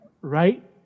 right